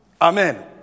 Amen